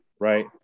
right